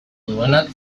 duenak